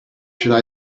should